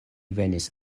venis